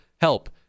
help